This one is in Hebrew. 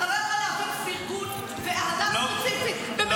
אתה לא יכול להבין פרגון ואהדה --- במנותק מפוליטיקה.